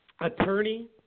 attorney